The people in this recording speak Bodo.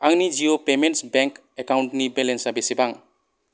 आंनि जिअ' पेमेन्स बेंक एकाउन्टनि बेलेन्सा बेसेबां